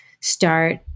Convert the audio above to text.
start